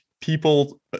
people